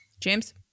james